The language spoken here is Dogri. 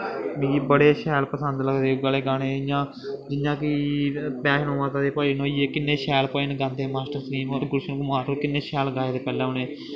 मिगी बड़े शैल पसंद लगदे इयै लेह् गाने इ'यां जियां कि बैष्णो माता दे भजन होई गे किन्ने शैल भजन गांदे मास्टर सलीम होर गुलशन कुमार होर किन्ने शैल गाए दे पैह्लै उनें